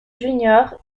junior